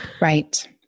Right